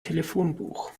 telefonbuch